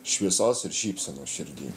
šviesos ir šypsenos širdy